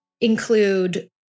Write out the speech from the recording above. include